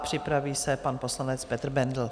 Připraví se pan poslanec Petr Bendl.